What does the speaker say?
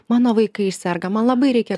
mano vaikai serga man labai reikia